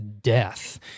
death